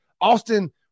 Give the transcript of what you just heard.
Austin